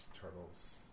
turtles